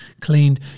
cleaned